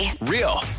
Real